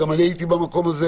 גם אני הייתי במקום הזה